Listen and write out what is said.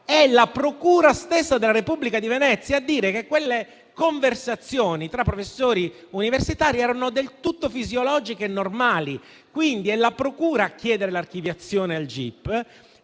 la procura stessa della Repubblica di Venezia a dire che quelle conversazioni tra professori universitari erano del tutto fisiologiche e normali. Quindi, è la procura a chiedere l'archiviazione al